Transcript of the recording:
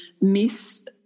miss